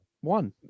one